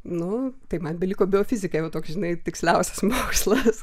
nu tai man beliko biofizika jau toks žinai tiksliausias mokslas